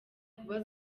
kuba